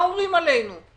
תשמע את התשובה.